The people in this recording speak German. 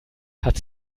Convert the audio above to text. hat